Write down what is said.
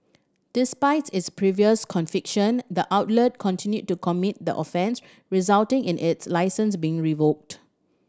despite its previous conviction the outlet continued to commit the offence resulting in its licence being revoked